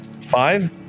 Five